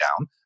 down